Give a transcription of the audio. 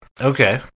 Okay